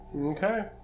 Okay